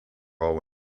all